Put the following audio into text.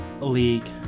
league